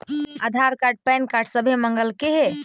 आधार card PAN card सभे मगलके हे?